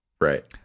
Right